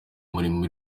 murima